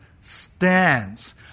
stands